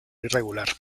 irregular